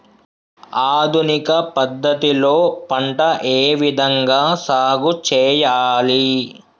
ఆధునిక పద్ధతి లో పంట ఏ విధంగా సాగు చేయాలి?